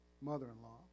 mother-in-law